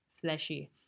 fleshy